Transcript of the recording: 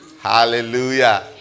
Hallelujah